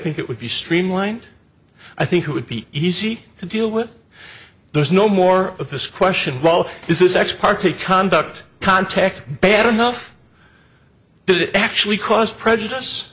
think it would be streamlined i think it would be easy to deal with there's no more of this question is this ex parte conduct context bad enough does it actually cause prejudice